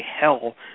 hell